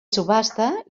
subhasta